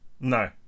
no